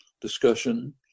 discussion